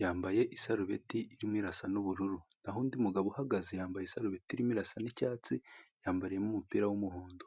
yambaye isarubeti irimo irasa n'ubururu n'aho undi mugabo uhagaze yambaye isarubeti irimo irasa n'icyatsi yambariyemo umupira w'umuhondo.